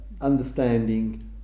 understanding